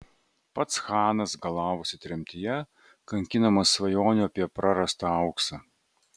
pats chanas galavosi tremtyje kankinamas svajonių apie prarastą auksą